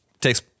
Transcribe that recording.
Takes